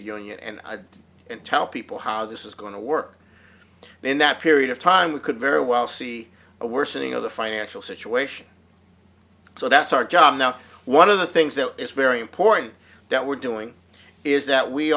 union and and tell people how this is going to work in that period of time we could very well see a worsening of the financial situation so that's our job now one of the things that is very important that we're doing is that we